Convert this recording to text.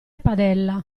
padella